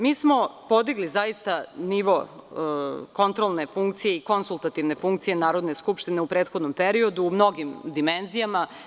Mi smo zaista podigli nivo kontrolne funkcije i konsultativne funkcije Narodne skupštine u prethodnom periodu u mnogim dimenzijama.